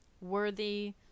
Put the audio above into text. worthy